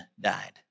died